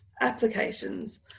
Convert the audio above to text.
applications